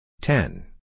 Ten